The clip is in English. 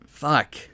Fuck